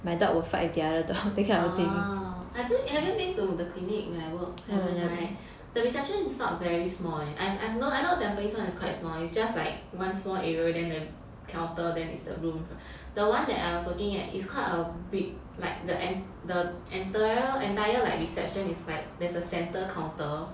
orh have you have you been to the clinic where I work haven't [right] the reception is not very small eh I've I've I know the tampines one is quite small it's just like one small area then the counter then is the room the one that I was looking at is quite a big like the en~ the entire entire like reception is like there's a center counter